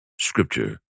Scripture